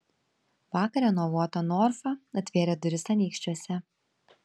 vakar renovuota norfa atvėrė duris anykščiuose